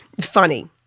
funny